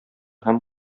һәм